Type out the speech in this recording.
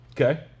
Okay